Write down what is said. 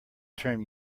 term